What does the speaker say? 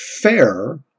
fair